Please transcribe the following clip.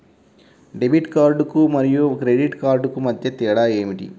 Debit కార్డుకు credit కార్డుకు మధ్య తేడా ఏమిటీ?